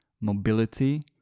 mobility